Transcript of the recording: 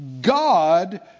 God